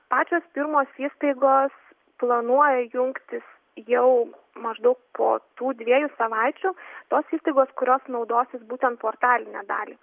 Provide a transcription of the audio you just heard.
pačios pirmos įstaigos planuoja jungtis jau maždaug po tų dviejų savaičių tos įstaigos kurios naudosis būtent portalinę dalį